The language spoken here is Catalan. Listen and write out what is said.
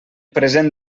present